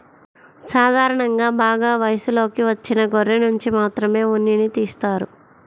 సాధారణంగా బాగా వయసులోకి వచ్చిన గొర్రెనుంచి మాత్రమే ఉన్నిని తీస్తారు